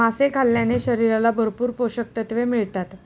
मासे खाल्ल्याने शरीराला भरपूर पोषकतत्त्वे मिळतात